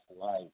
life